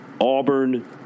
Auburn